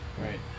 right